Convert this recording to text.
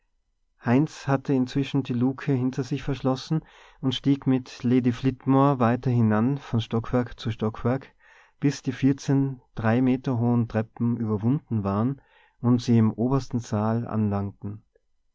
heinz hatte inzwischen die luke hinter sich verschlossen und stieg mit lady flitmore weiter hinan von stockwerk zu stockwerk bis die drei meter hohen treppen überwunden waren und sie im obersten saal anlangten